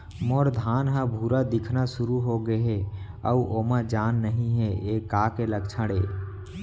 मोर धान ह भूरा दिखना शुरू होगे हे अऊ ओमा जान नही हे ये का के लक्षण ये?